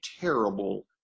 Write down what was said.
terrible